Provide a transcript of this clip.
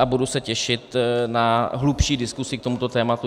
a budu se těšit na hlubší diskusi k tomuto tématu.